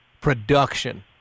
Production